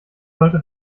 sollte